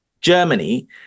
Germany